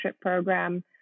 Program